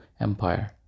empire